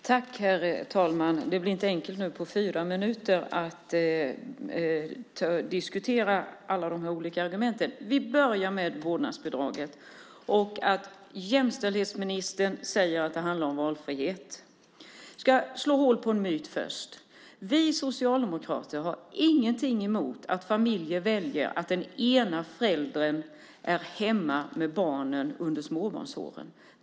Herr talman! Det blir inte enkelt att på fyra minuter diskutera alla dessa olika argument. Vi börjar med vårdnadsbidraget. Jämställdhetsministern säger att det handlar om valfrihet. Jag ska slå hål på en myt: Vi socialdemokrater har ingenting emot att familjer väljer att den ena föräldern är hemma med barnen under småbarnsåren.